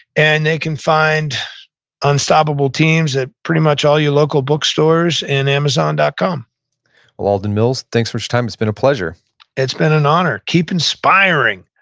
and they can find unstoppable teams at pretty much all your local bookstores and amazon dot com well, alden mills, thanks for this time. it's been a pleasure it's been an honor. keep inspiring.